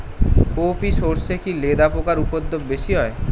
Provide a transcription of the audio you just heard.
কোপ ই সরষে কি লেদা পোকার উপদ্রব বেশি হয়?